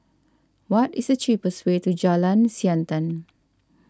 what is the cheapest way to Jalan Siantan